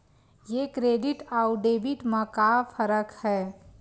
ये क्रेडिट आऊ डेबिट मा का फरक है?